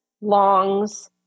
longs